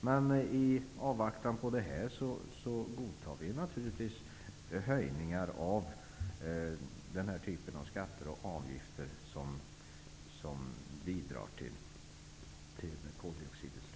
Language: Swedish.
Men i avvaktan på det godtar vi naturligtvis höjning av den här typen av skatter och avgifter på sådant som bidrar till koldioxidutsläppen.